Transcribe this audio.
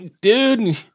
dude